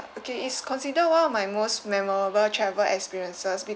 okay it's considered one of my most memorable travel experiences be~